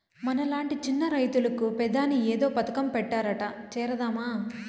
మనలాంటి చిన్న రైతులకు పెదాని ఏదో పథకం పెట్టారట చేరదామా